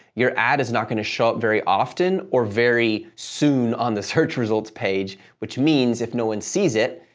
your ad is not going to show up very often or very soon on the search results page, which means if no one sees it,